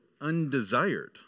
undesired